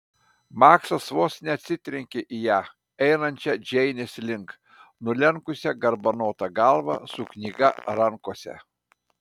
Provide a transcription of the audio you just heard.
maksas vos neatsitrenkė į ją einančią džeinės link nulenkusią garbanotą galvą su knyga rankose